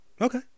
okay